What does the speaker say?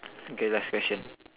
okay last question